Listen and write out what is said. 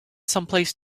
someplace